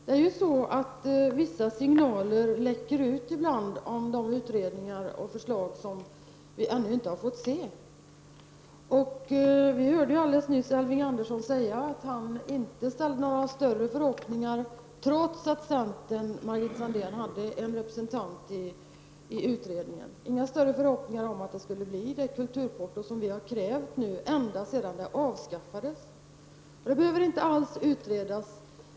Ibland läcker vissa signaler ut om utredningar och förslag som vi ännu inte har fått se, och vi hörde alldeles nyss Elving Andersson säga att han, trots att centern har en representant i utredningen, inte har några större förhoppningar om att det skall bli ett sådant kulturporto som vi har krävt ända sedan det föregående avskaffades. Denna fråga behöver inte alls utredas.